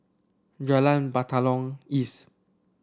Jalan Batalong East